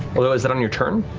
but is that on your turn?